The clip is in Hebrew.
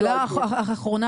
שאלה אחרונה,